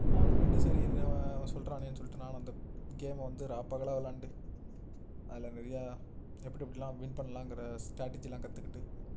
நானும் போயிட்டு சரின்னு அவன் அவன் சொல்கிறானேன்னு சொல்லிட்டு நானும் அந்த கேம வந்து ராப்பகலா விளாண்டு அதில் நிறையா எப்படி எப்படிலாம் வின் பண்ணுலாங்கற ஸ்ட்ராட்டஜிலாம் கற்றுக்கிட்டு